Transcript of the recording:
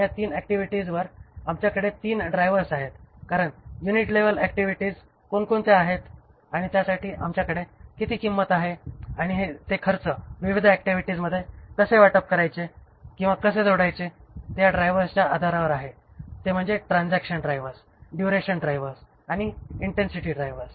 या ३ ऍक्टिव्हिटीजवर आमच्याकडे ३ ड्रायव्हर्स आहेत कारण युनिट लेवल ऍक्टिव्हिटीज कोणकोणत्या आहेत आणि त्यासाठी आपल्याकडे किती किंमत आहे आणि ते खर्च विविध ऍक्टिव्हिटीजमध्ये कसे वाटप करायचे किंवा कसे जोडायचे ते या ड्रायव्हर्सच्या आधारावर आहे ते म्हणजे transaction drivers duration drivers intensity drivers